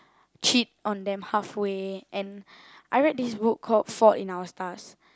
cheat on them halfway and I read this book called Fault in Our Stars